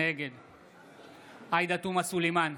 נגד עאידה תומא סלימאן,